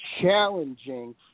challenging